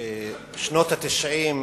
בשנות ה-90,